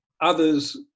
others